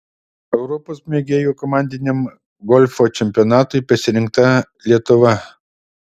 europos mėgėjų komandiniam golfo čempionatui pasirinkta lietuva